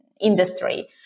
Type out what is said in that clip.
industry